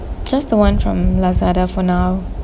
just the [one] from Lazada for now